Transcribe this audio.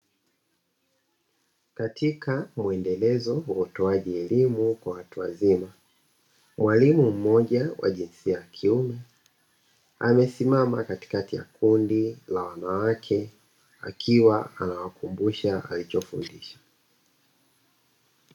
Katika mwendelezo wa utoaji elimu kwa watu wazima mwalimu mmoja wa jinsia ya kiume amesimama katikati ya kundi la wanawake akiwa anawakumbusha alichofundisha.